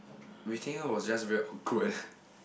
we think it was just very awkward eh